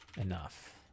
enough